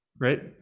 right